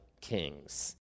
kings